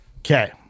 Okay